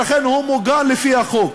ולכן הוא מוגן לפי החוק.